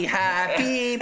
happy